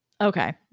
Okay